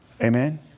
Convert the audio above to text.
Amen